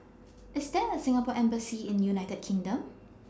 IS There A Singapore Embassy in United Kingdom